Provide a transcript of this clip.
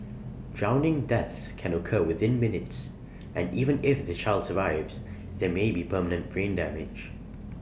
drowning deaths can occur within minutes and even if the child survives there may be permanent brain damage